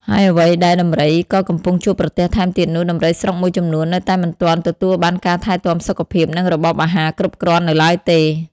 ហើយអ្វីដែលដំរីក៏កំពុងជួបប្រទះថែមទៀតនោះ ដំរីស្រុកមួយចំនួននៅតែមិនទាន់ទទួលបានការថែទាំសុខភាព និងរបបអាហារគ្រប់គ្រាន់នៅឡើយទេ។